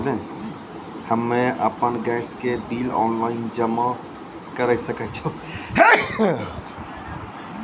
हम्मे आपन गैस के बिल ऑनलाइन जमा करै सकै छौ?